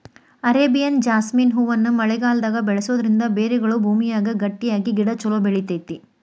Arabian jasmine ಹೂವನ್ನ ಮಳೆಗಾಲದಾಗ ಬೆಳಿಸೋದರಿಂದ ಬೇರುಗಳು ಭೂಮಿಯಾಗ ಗಟ್ಟಿಯಾಗಿ ಗಿಡ ಚೊಲೋ ಬೆಳಿತೇತಿ